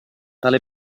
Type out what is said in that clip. tale